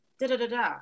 da-da-da-da